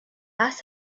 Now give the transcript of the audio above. ask